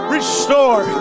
Restore